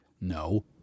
no